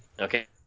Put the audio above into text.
Okay